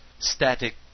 static